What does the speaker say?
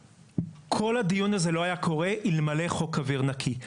כל הדיון הזה לא היה קורה אלמלא חוק אוויר נקי.